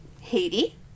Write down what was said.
Haiti